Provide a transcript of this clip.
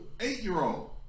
eight-year-old